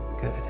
good